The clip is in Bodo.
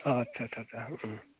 अ आच्चा